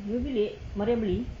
lima bilik mariam beli